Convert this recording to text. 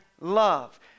love